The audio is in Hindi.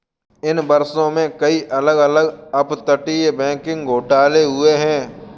इन वर्षों में, कई अलग अलग अपतटीय बैंकिंग घोटाले हुए हैं